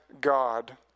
God